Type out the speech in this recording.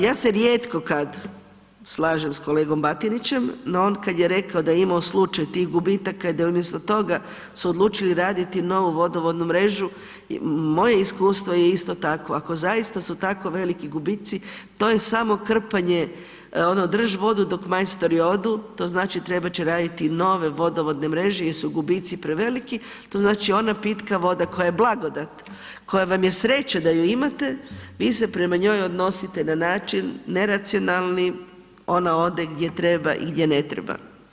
Ja se rijetko kad slažem s kolegom Batinićem, no on kad je rekao da je imao slučaj tih gubitaka, da je umjesto toga se odlučio i raditi novu vodovodnu mrežu, moje iskustvo je isto takvo, ako zaista su tako veliki gubici, to je samo krpanje, ono drž vodu dok majstori odu, to znači trebat će raditi nove vodovodne mreže jel su gubici preveliki, to znači ona pitka voda koja je blagodat, koja vam je sreća da ju imate, vi se prema njoj odnosite na način neracionalni, ona ode gdje treba i gdje ne treba.